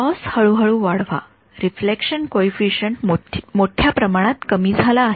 loss हळूहळू वाढवा reflection coefficient मोठ्या प्रमाणात कमी झाला आहे